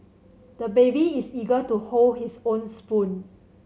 the baby is eager to hold his own spoon